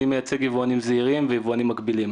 אני מייצג יבואנים זעירים ויבואנים מקבילים.